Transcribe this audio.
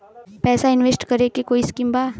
पैसा इंवेस्ट करे के कोई स्कीम बा?